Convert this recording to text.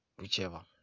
whichever